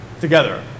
together